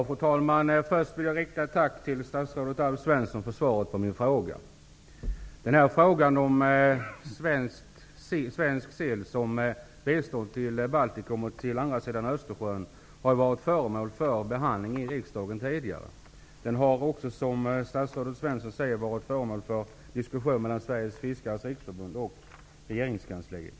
Fru talman! Först vill jag rikta ett tack till statsrådet Alf Svensson för svaret på min fråga. Frågan om svensk sill som bistånd till Baltikum och länderna på andra sidan Östersjön har ju varit föremål för behandling i riksdagen tidigare. Som statsrådet Svensson säger har den också varit föremål för diskussion mellan Sveriges Fiskares Riksförbund och regeringskansliet.